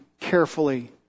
carefully